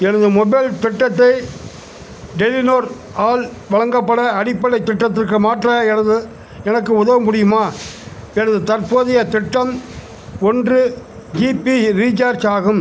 எனது மொபைல் திட்டத்தை டெலிநோர் ஆல் வழங்கப்பட அடிப்படை திட்டத்திற்கு மாற்ற எனது எனக்கு உதவ முடியுமா எனது தற்போதைய திட்டம் ஒன்று ஜிபி ரீசார்ஜ் ஆகும்